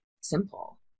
simple